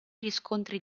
riscontri